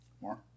more